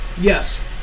Yes